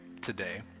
today